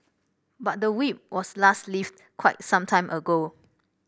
but the Whip was last lifted quite some time ago